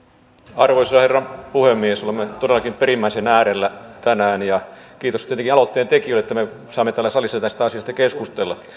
arvoisa herra puhemies olemme todellakin perimmäisen äärellä tänään kiitos tietenkin aloitteen tekijöille että me saamme täällä salissa tästä asiasta keskustella